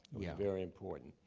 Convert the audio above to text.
was very important.